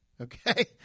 Okay